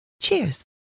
Cheers